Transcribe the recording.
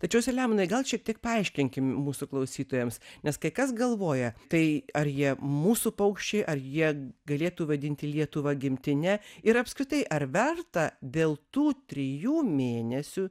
tačiau saliamonai gal šiek tiek paaiškinkim mūsų klausytojams nes kai kas galvoja tai ar jie mūsų paukščiai ar jie galėtų vadinti lietuvą gimtine ir apskritai ar verta dėl tų trijų mėnesių